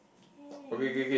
okay